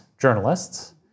journalists